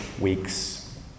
weeks